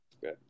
Good